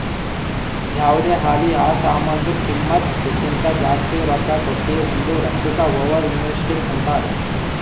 ಯಾವ್ದೇ ಆಲಿ ಆ ಸಾಮಾನ್ದು ಕಿಮ್ಮತ್ ಕಿಂತಾ ಜಾಸ್ತಿ ರೊಕ್ಕಾ ಕೊಟ್ಟಿವ್ ಅಂದುರ್ ಅದ್ದುಕ ಓವರ್ ಇನ್ವೆಸ್ಟಿಂಗ್ ಅಂತಾರ್